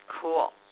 Cool